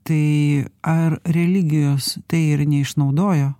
tai ar religijos tai ir neišnaudojo